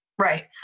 Right